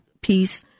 peace